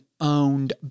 owned